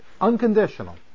unconditional